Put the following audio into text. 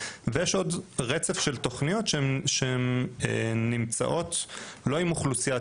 ויש עוד רצף של תוכניות שנמצאות לא עם אוכלוסיית